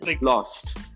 lost